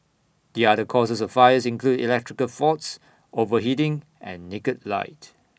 the other causes of fires include electrical faults overheating and naked light